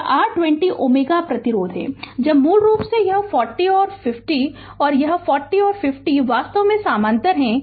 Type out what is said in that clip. यह r 20 Ω प्रतिरोध है अब मूल रूप से यह 40 और 50 यह 40 और 50 वास्तव में समानांतर में हैं